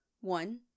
One